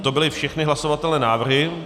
To byly všechny hlasovatelné návrhy.